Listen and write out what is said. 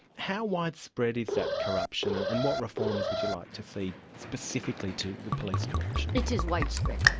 how widespread is that corruption and what reforms would you like to see specifically to the police corruption? it is widespread.